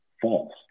false